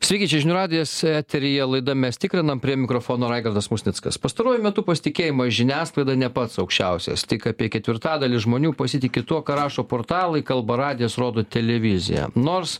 sveiki čia žinių radijas eteryje laida mes tikrinam prie mikrofono raigardas musnickas pastaruoju metu pasitikėjimas žiniasklaida ne pats aukščiausias tik apie ketvirtadalis žmonių pasitiki tuo ką rašo portalai kalba radijas rodo televizija nors